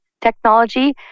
technology